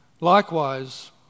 Likewise